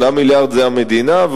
8 מיליארד זה המדינה.